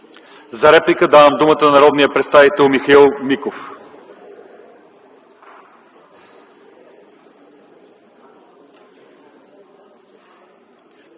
За реплика давам думата на народния представител Михаил Миков.